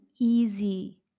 easy